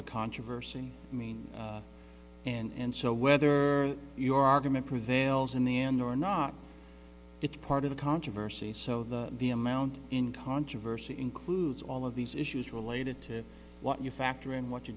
the controversy i mean and so whether your argument prevails in the end or not it's part of the controversy so the the amount in controversy includes all of these issues related to what you factor in what you